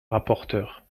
rapporteure